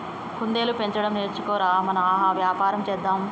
కుందేళ్లు పెంచడం నేర్చుకో ర, మనం ఆ వ్యాపారం చేద్దాం